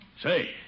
Say